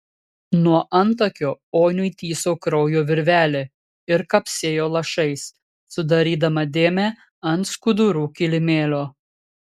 nuo antakio oniui tįso kraujo virvelė ir kapsėjo lašais sudarydama dėmę ant skudurų kilimėlio